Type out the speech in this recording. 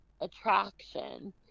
attraction